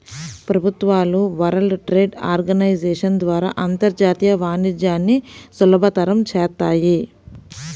ప్రభుత్వాలు world trade organization ద్వారా అంతర్జాతీయ వాణిజ్యాన్ని సులభతరం చేత్తాయి